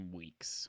weeks